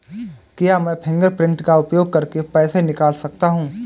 क्या मैं फ़िंगरप्रिंट का उपयोग करके पैसे निकाल सकता हूँ?